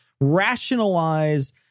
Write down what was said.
rationalize